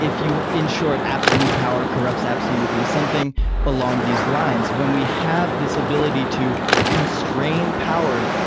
if you ensure it, absolute power corrupts absolutely, something along these lines. when we have this ability to constrain power,